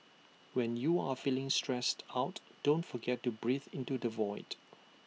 when you are feeling stressed out don't forget to breathe into the void